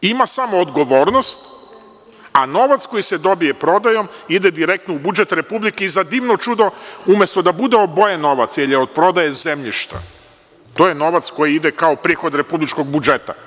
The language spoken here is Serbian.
Ima samo odgovornost, a novac koji se dobije prodajom ide direktno u budžet Republike i za divno čudo, umesto da bude obojen novac, jer je od prodaje zemljišta, to je novac koji ide kao prihod republičkog budžeta.